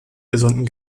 gesunden